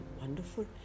wonderful